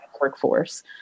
workforce